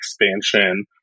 expansion